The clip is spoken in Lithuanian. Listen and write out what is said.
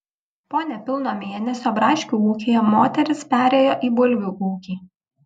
po nepilno mėnesio braškių ūkyje moteris perėjo į bulvių ūkį